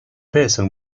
person